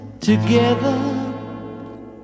Together